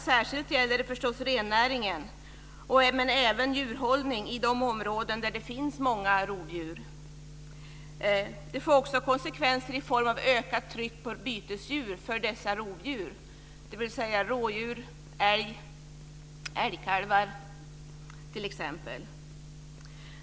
Särskilt gäller det förstås rennäringen, men även djurhållning i de områden där det finns många rovdjur. Det får också konsekvenser i form av ökat tryck på bytesdjur för dessa rovdjur, dvs. exempelvis rådjur, älg, älgkalvar.